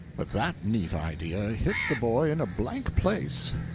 but that neat idea hit the boy in a blank place,